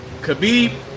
Khabib